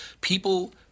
People